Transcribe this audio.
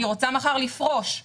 אני רוצה מחר לפרוש,